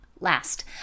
Last